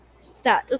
Stop